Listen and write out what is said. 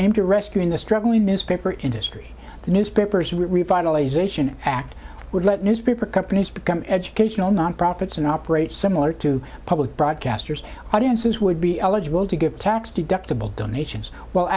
employer rescuing the struggling newspaper industry the newspaper's revitalization act would let newspaper companies become educational non profits and operate similar to public broadcasters audiences would be eligible to give tax deductible donations w